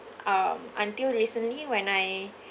um until recently when I